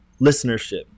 listenership